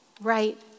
right